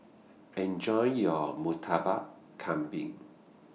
Enjoy your Murtabak Kambing